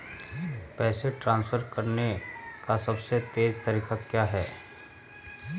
पैसे ट्रांसफर करने का सबसे तेज़ तरीका क्या है?